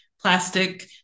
plastic